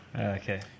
Okay